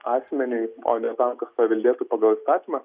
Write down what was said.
asmeniui o ne tam kas paveldėtų pagal įstatymą